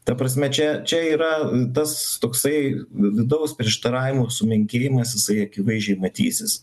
ta prasme čia čia yra tas toksai vidaus prieštaravimų sumenkėjimas jisai akivaizdžiai matysis